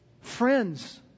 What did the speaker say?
Friends